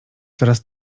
coraz